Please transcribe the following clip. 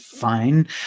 fine